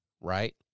right